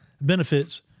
benefits